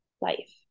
life